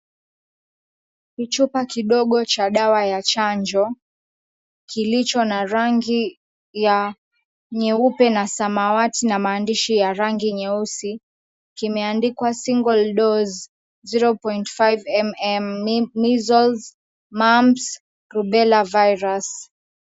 Kichupa kidogo cha dawa ya chanjo, kilicho na rangi ya nyeupe na samawati na maandishi ya rangi nyeusi kimeandikwa "Single Dose 0.5mm Measles Mum's Rubela Virus".